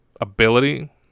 ability